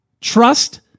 Trust